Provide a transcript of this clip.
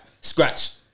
scratch